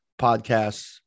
Podcasts